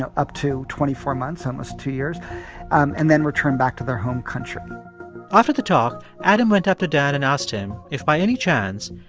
ah up to twenty four months, almost two years and then return back to their home country after the talk, adam went up to dan and asked him if, by any chance,